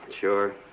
Sure